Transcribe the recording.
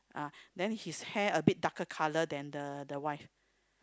ah then his hair a bit darker color than the the wife